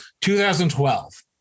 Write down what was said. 2012